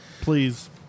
Please